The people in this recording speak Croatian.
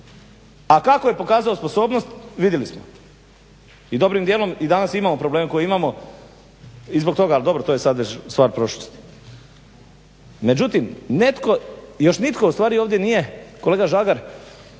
a kako je pokazao sposobnost vidjeli smo. I dobrim dijelom i danas imamo probleme koje imamo i zbog toga ali dobro to je sad već stvar prošlosti. Međutim, još nitko ustvari ovdje nije kolega Žagar